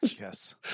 Yes